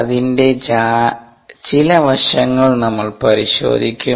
അതിന്റെ ചില വശങ്ങൾ നമ്മൾ പരിശോധിക്കും